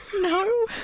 no